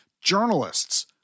journalists